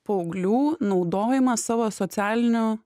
paauglių naudojimas savo socialinių